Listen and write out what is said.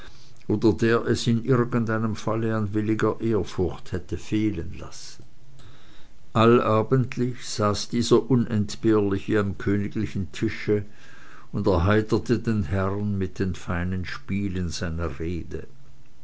oder der es in irgendeinem falle an williger ehrfurcht hätte fehlen lassen allabendlich saß dieser unentbehrliche am königlichen tische und erheiterte den herrn mit den feinen spielen seiner rede